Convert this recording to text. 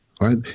right